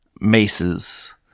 maces